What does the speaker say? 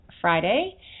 Friday